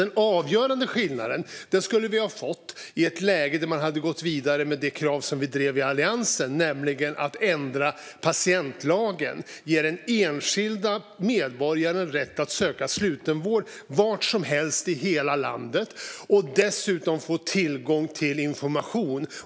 Den avgörande skillnaden skulle vi ha fått om man hade gått vidare med det krav som vi drev i Alliansen, nämligen att ändra patientlagen för att ge den enskilde medborgaren rätt att söka slutenvård var som helst i hela landet och dessutom få tillgång till information.